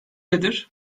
nedir